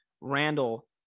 Randall